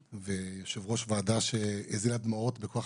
ויושבת-ראש ועדה שהזילה דמעות בכל כך